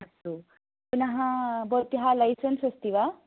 अस्तु पुनः भवत्याः लैसन्स् अस्ति वा